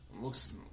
looks